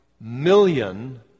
million